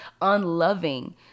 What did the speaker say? unloving